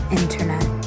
internet